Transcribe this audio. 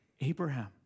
Abraham